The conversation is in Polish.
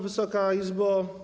Wysoka Izbo!